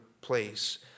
place